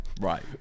Right